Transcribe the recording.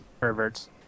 perverts